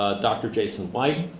ah dr. jason white,